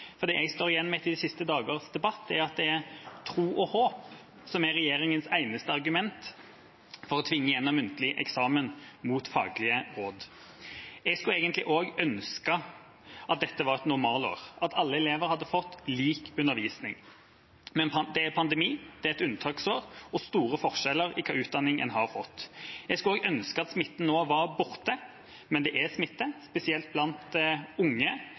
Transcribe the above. for det jeg står igjen med etter de siste dagers debatt, er at det er tro og håp som er regjeringas eneste argument for å tvinge gjennom muntlig eksamen, mot faglige råd. Jeg skulle egentlig også ønske at dette var et normalår, at alle elever hadde fått lik undervisning, men det er pandemi, det er et unntaksår og store forskjeller i hva slags utdanning en har fått. Jeg skulle også ønske at smitten nå var borte, men det er smitte, spesielt blant unge,